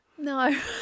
No